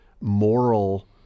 moral